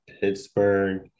Pittsburgh